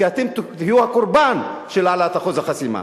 כי אתם תהיו הקורבן של העלאת אחוז החסימה.